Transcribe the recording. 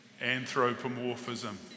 Anthropomorphism